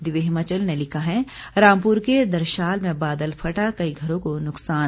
दिव्य हिमाचल ने लिखा है रामपुर के दरशाल में बादल फटा कई घरों को नुकसान